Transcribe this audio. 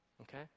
okay